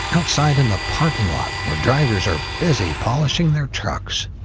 outside in the parking lot, where drivers are busy polishing their trucks.